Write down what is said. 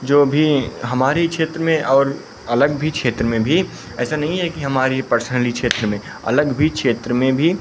जो भी हमारे ही क्षेत्र में और अलग भी क्षेत्र में भी ऐसा नहीं है कि हमारे ही पर्सनली क्षेत्र में अलग भी क्षेत्र में भी